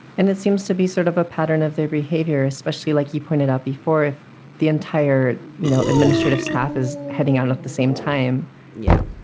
and it seems to be sort of a pattern of their behavior, especially like you pointed out before, if the entire, you know administrative staff is heading out at the same time yeah.